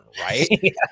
right